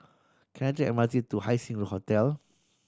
can I take M R T to Haising Hotel